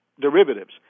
derivatives